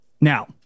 Now